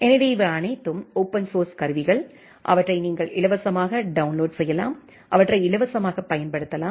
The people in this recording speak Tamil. எனவே இவை அனைத்தும் ஓபன் சோர்ஸ் கருவிகள் அவற்றை நீங்கள் இலவசமாக டவுன்லோட் செய்யலாம் அவற்றைப் இலவசமாகவும் பயன்படுத்தலாம்